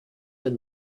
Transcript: and